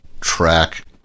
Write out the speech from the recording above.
track